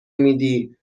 میدی